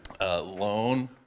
loan